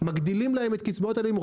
מגדילים להם את קצבאות הילדים.